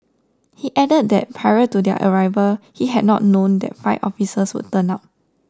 he added that prior to their arrival he had not known that five officers would turn up